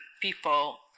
people